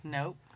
Nope